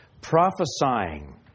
Prophesying